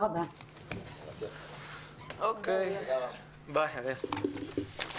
הישיבה ננעלה בשעה